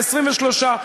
ל-23.